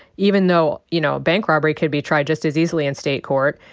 even though, you know, a bank robbery could be tried just as easily in state court,